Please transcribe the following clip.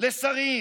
לשרים